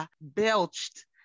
Belched